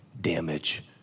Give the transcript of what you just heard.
damage